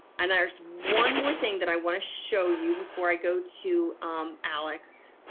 and there's one more thing that i want to show you before i go to um alex.